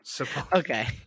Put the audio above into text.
Okay